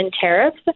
tariffs